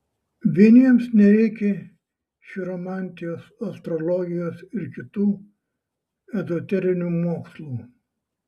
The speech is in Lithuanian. vieniems nereikia chiromantijos astrologijos ir kitų ezoterinių mokslų